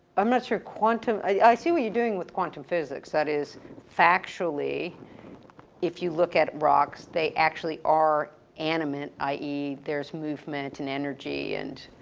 i'm not sure, quantum. i, i see what you're doing with quantum physics that is factually if you look at rocks, they actually are animate. ie, there's movement and energy, and